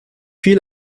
viel